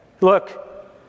look